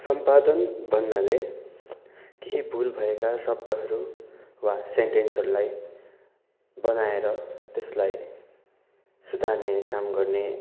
सम्पादन भन्नाले केही भुल भएका शब्दहरू वा सेन्टेन्सहरूलाई बनाएर त्यसलाई सुधार्ने काम गर्ने